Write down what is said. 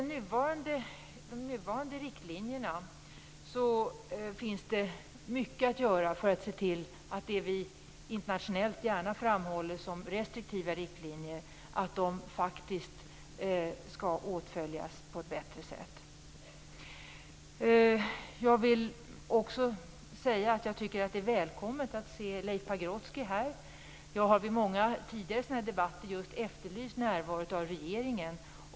Det finns även mycket att göra för att se till att de nuvarande riktlinjerna, som vi internationellt gärna framhåller som restriktiva, skall tillämpas på ett bättre sätt. Jag tycker att det är välkommet att se Leif Pagrotsky här. Jag har vid många tidigare debatter av den här typen efterlyst närvaro av regeringen.